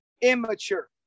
immature